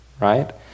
right